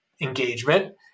engagement